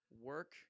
work